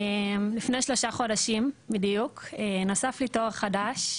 לפני שלושה חודשים בדיוק נוסף לי תואר חדש,